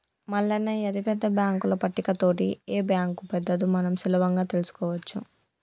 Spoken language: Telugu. మల్లన్న ఈ అతిపెద్ద బాంకుల పట్టిక తోటి ఏ బాంకు పెద్దదో మనం సులభంగా తెలుసుకోవచ్చు